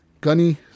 Gunny